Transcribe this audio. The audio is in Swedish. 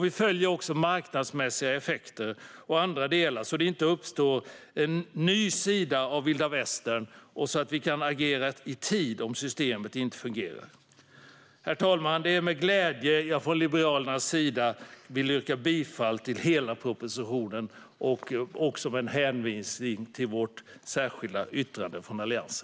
Vi följer också marknadsmässiga effekter och andra delar, så att det inte uppstår en ny sida av vilda västern och så att vi kan agera i tid om systemet inte fungerar. Herr talman! Det är med glädje jag från Liberalernas sida vill yrka bifall till hela propositionen och också hänvisa till Alliansens särskilda yttrande.